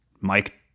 Mike